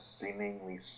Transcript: seemingly